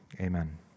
amen